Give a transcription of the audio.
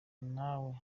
nawe